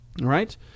right